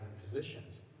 positions